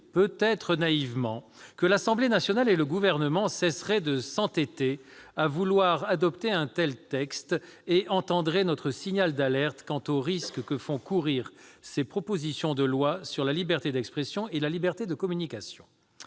peut-être naïvement, que l'Assemblée nationale et le Gouvernement cesseraient de s'entêter à vouloir adopter un tel texte et entendraient notre signal d'alerte quant aux risques que font courir la proposition de loi et la proposition de loi organique pour la liberté d'expression et la liberté de communication.